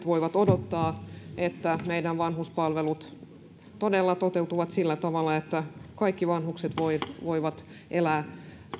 voivat odottaa että meidän vanhuspalvelut todella toteutuvat sillä tavalla että kaikki vanhukset voivat voivat elää